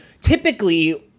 typically